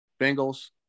Bengals